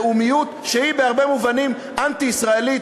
לאומיות שהיא בהרבה מובנים אנטי-ישראלית,